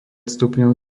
stupňov